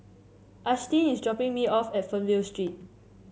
Ashtyn is dropping me off at Fernvale Street